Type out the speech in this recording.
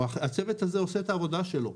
הצוות הזה עושה את העבודה שלו.